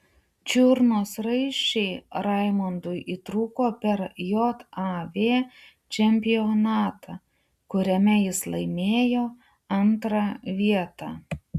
čiurnos raiščiai raimundui įtrūko per jav čempionatą kuriame jis laimėjo antrą vietą